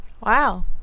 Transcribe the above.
Wow